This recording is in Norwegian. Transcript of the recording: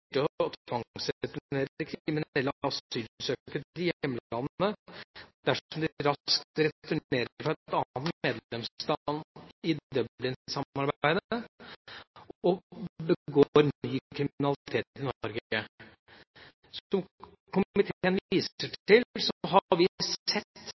dersom de raskt returnerer fra et annet medlemsland i Dublin-samarbeidet og begår ny kriminalitet i Norge». Som komiteen viser til, har vi sett